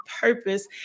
purpose